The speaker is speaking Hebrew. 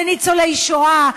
לניצולי שואה,